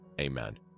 Amen